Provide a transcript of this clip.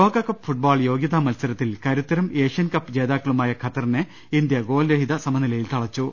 ലോകകപ്പ് ഫുട്ബാൾ യോഗൃതാ മത്സരത്തിൽ കരു ത്തരും ഏഷ്യൻകപ്പ് ജേതാക്കളുമായ ഖത്തറിനെ ഇന്ത്യ ഗോൾരഹിത സമനിലയിൽ തളച്ചു